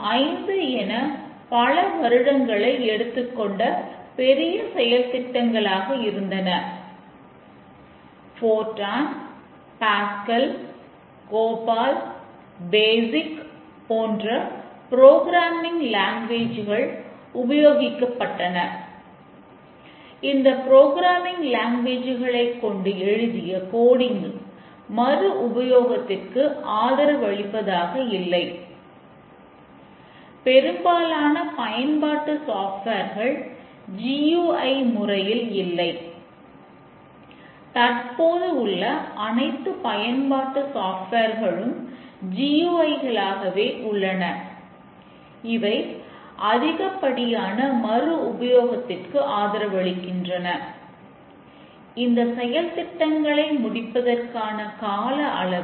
அதிக எண்ணிக்கையிலான டெஸ்டிங் வழங்கும் போது அது நிறுவனத்திற்கு ஒரு அவப்பெயரை ஏற்படுத்தும் மற்றும் நிறுவனம் மேலும் தொடர முடியாது